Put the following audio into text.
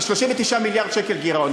39 מיליארד שקל גירעון,